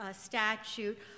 statute